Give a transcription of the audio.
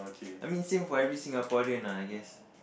I mean same for every Singaporean lah I guess